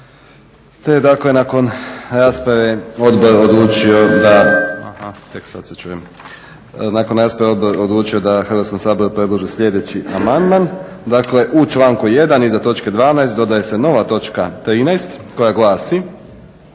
te dakle nakon rasprave odbor je odlučio da Hrvatskom saboru predloži sljedeći amandman dakle u članku 1. iza točke 12. dodaje se nova točka 13. koja glasi: